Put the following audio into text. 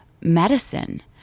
medicine